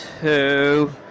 two